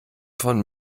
von